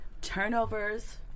Turnovers